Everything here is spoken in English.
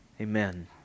Amen